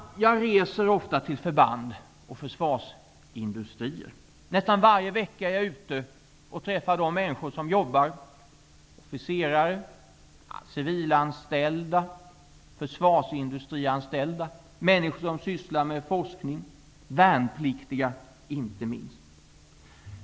Jag reser ofta till förband och försvarsindustrier. Nästan varje vecka är jag ute och träffar människor som jobbar i eller med anknytning till försvaret -- officerare, civilanställda, försvarsindustrianställda, människor som sysslar med forskning och inte minst värnpliktiga.